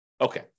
Okay